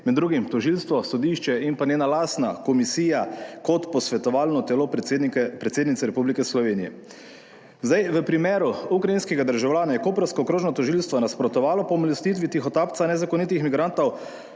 med drugim tožilstvo, sodišče in pa njena lastna komisija kot posvetovalno telo predsednice Republike Slovenije. Zdaj v primeru ukrajinskega državljana je koprsko okrožno tožilstvo nasprotovalo pomilostitvi tihotapca nezakonitih migrantov,